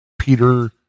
Peter